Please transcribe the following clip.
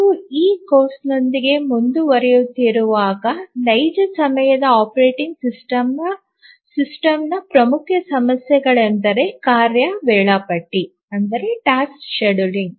ನಾವು ಈ ಕೋರ್ಸ್ನೊಂದಿಗೆ ಮುಂದುವರಿಯುತ್ತಿರುವಾಗ ನೈಜ ಸಮಯದ ಆಪರೇಟಿಂಗ್ ಸಿಸ್ಟಂನ ಪ್ರಮುಖ ಸಮಸ್ಯೆಗಳೆಂದರೆ ಟಾಸ್ಕ್ ಶೆಡ್ಯೂಲ್ಲಿಂಗ್